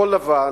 לבן-כחול.